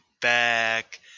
back